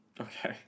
okay